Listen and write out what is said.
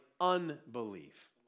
unbelief